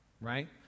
right